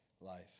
life